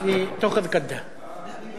(אומר בשפה הערבית: אתה תקבל את המכסה שלה.)